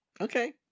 Okay